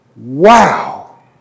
Wow